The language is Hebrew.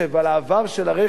על העבר של הרכב,